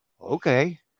okay